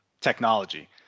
technology